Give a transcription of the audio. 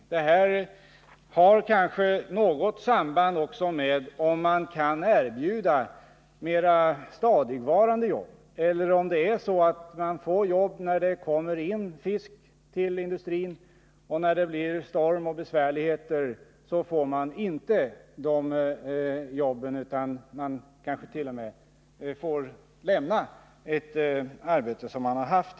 Huruvida ett företag har svårigheter eller inte kan ju ha samband med om det erbjuder stadigvarande jobb eller om människor får arbete när det kommer in fisk till industrin men står utan sysselsättning när det blir storm och andra besvärligheter, ja, kanske t.o.m. måste lämna de jobb som de har haft.